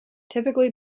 typically